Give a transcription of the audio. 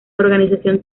organización